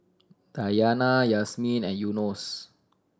Dayana Yasmin and Yunos